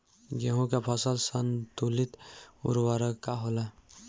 गेहूं के फसल संतुलित उर्वरक का होला?